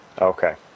Okay